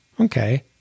okay